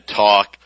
talk